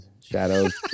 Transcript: Shadows